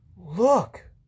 look